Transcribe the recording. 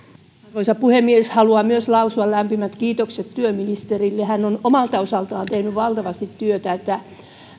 arvoisa puhemies haluan myös lausua lämpimät kiitokset työministerille hän on omalta osaltaan tehnyt valtavasti työtä että